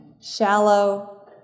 shallow